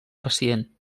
pacient